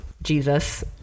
jesus